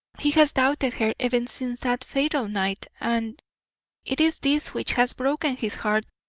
he has doubted her ever since that fatal night, and it is this which has broken his heart,